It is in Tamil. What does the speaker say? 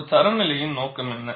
ஒரு தர நிலையின் நோக்கம் என்ன